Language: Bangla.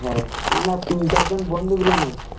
হ্যাঁ আমরা তিন চারজন বন্ধু মিলে নোবো